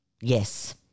Yes